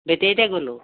বেটেৰীতে গ'লোঁ